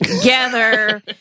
Together